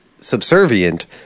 subservient